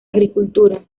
agricultura